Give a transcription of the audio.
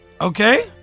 Okay